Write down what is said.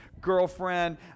girlfriend